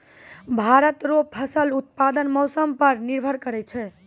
भारत रो फसल उत्पादन मौसम पर निर्भर करै छै